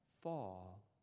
fall